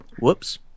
Whoops